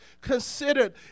considered